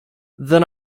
then